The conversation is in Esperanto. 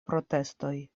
protestoj